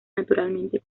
naturalmente